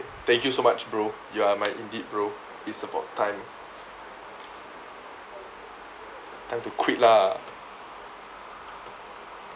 thank you so much bro you are my indeed bro it's about time time to quit lah